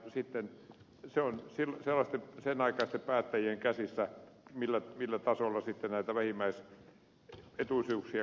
sitten se on senaikaisten päättäjien käsissä millä tasolla näitä vähimmäisetuisuuksia korotetaan